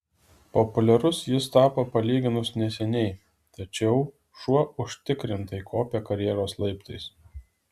populiarus jis tapo palyginus neseniai tačiau šuo užtikrintai kopia karjeros laiptais